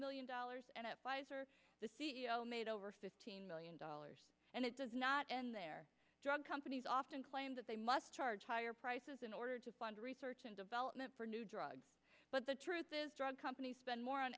million dollars and at pfizer the c e o made over fifteen million dollars and it does not end there drug companies often claim that they must charge higher prices in order to fund research and development for new drugs but the truth is drug companies spend more on